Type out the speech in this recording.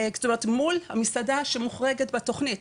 זאת אומרת, מול המסעדה שמוחרגת בתוכנית.